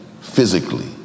physically